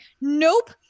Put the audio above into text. Nope